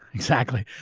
exactly.